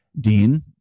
Dean